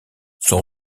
son